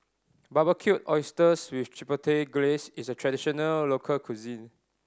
Barbecued Oysters with Chipotle Glaze is a traditional local cuisine